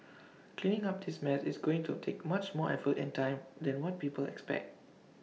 cleaning up this mess is going to take much more effort and time than what people expect